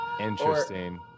Interesting